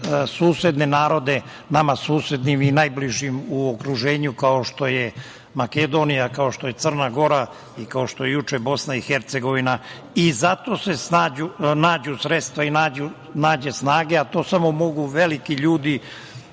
susedne narode nama susednim i najbližim u okruženju, kao što je Makedonija, kao što je Crna Gora i kao što je juče Bosna i Hercegovina. I za to se nađu sredstva i nađe snage, a to samo mogu veliki ljudi